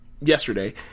yesterday